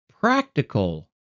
practical